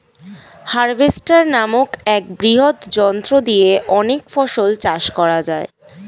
harvester নামক এক বৃহৎ যন্ত্র দিয়ে অনেক ফসল চাষ করা যায়